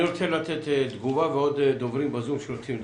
אני רוצה לתת תגובה ועוד דוברים בזום רוצים לדבר.